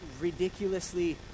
ridiculously